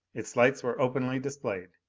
its lights were openly displayed,